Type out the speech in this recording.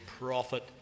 prophet